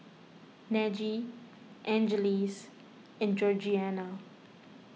Najee Angeles and Georgianna